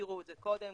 הזכירו את זה קודם,